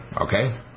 okay